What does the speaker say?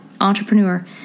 entrepreneur